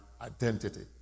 identity